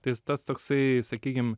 tais tas toksai sakykim